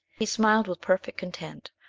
he smiled with perfect content,